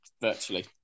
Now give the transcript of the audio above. virtually